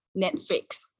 Netflix